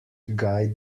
guy